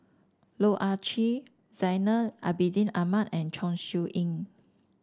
Loh Ah Chee Zainal Abidin Ahmad and Chong Siew Ying